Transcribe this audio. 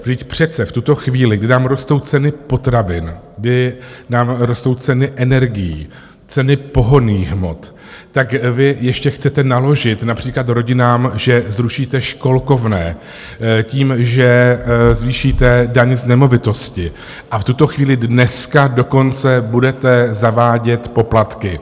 Vždyť přece v tuto chvíli, kdy nám rostou ceny potravin, kdy nám rostou ceny energií, ceny pohonných hmot, tak vy ještě chcete naložit například rodinám, že zrušíte školkovné, tím, že zvýšíte daň z nemovitosti, a v tuto chvíli dneska dokonce budete zavádět poplatky.